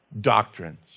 doctrines